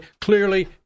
clearly